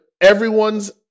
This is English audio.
everyone's